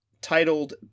titled